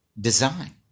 design